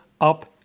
up